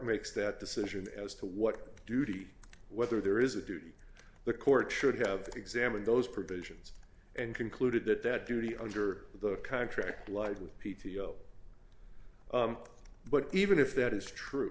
makes that decision as to what duty whether there is a duty the court should have examined those provisions and concluded that that duty under the contract lived with p t o but even if that is tr